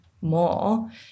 more